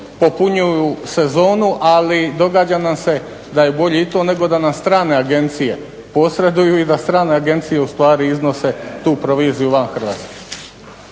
popunjuju sezonu ali događa nam se da je bolje i to nego da nam strane agencije posreduju i da strane agencije ostvaruju iznose, tu proviziju van Hrvatske.